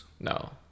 No